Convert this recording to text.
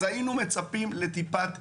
אז היינו מצפים לטיפת איזון.